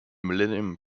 millennium